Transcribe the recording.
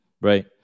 right